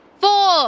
four